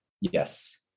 Yes